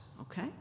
okay